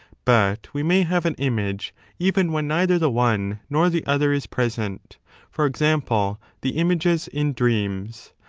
but we may have an image even when neither the one nor the other is present for example, the images in dreams.